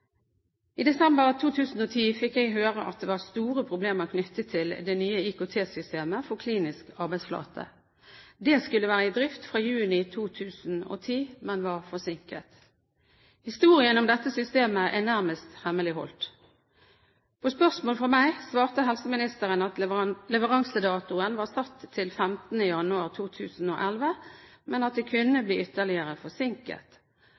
I desember 2010 fikk jeg høre at det var store problemer knyttet til det nye IKT-systemet for klinisk arbeidsflate. Det skulle være i drift fra juni 2010, men var forsinket. Historien om dette systemet er nærmest hemmeligholdt. På spørsmål fra meg svarte helseministeren at leveransedatoen var satt til 15. januar 2011, men at den kunne bli ytterligere forsinket.